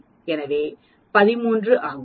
எனவே 13 ஆகும்